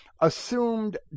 assumed